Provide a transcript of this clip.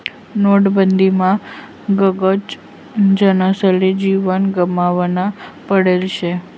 नोटबंदीमा गनच जनसले जीव गमावना पडेल शे